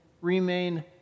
remain